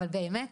אבל באמת,